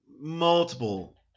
multiple